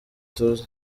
tuzi